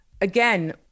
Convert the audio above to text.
again